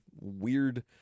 weird